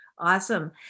Awesome